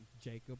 Jacob